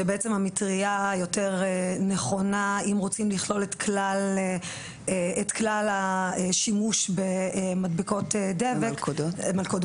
שבעצם המטריה היותר נכונה אם רוצים לכלול את כלל השימוש במלכודות דבק,